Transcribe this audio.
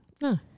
No